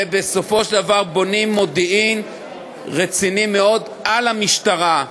ובסופו של דבר בונים מודיעין רציני מאוד על המשטרה.